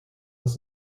was